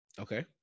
Okay